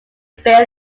bill